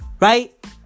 Right